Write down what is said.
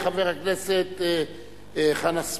תודה רבה לחבר הכנסת חנא סוייד,